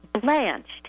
blanched